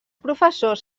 professors